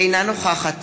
אינה נוכחת